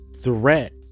threat